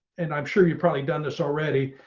and i'm sure you've probably done this already,